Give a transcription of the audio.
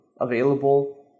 available